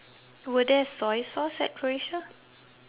were there soy sauce at croatia